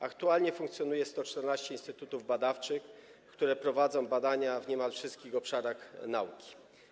Aktualnie funkcjonuje 114 instytutów badawczych, które prowadzą badania w niemal wszystkich obszarach nauki.